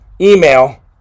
email